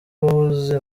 wahoze